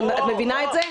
את מבינה את זה?